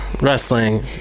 Wrestling